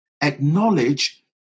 acknowledge